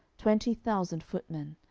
twenty thousand footmen,